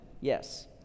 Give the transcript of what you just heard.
Yes